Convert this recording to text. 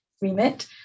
remit